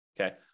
okay